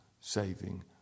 saving